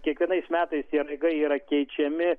kiekvienais metais tie ragai yra keičiami